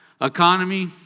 economy